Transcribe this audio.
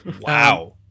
Wow